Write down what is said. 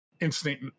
instant